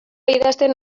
idazten